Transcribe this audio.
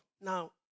Now